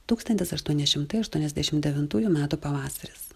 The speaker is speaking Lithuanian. tūkstantis aštuoni šimtai aštuoniasdešimt devintųjų metų pavasaris